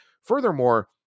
Furthermore